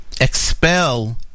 expel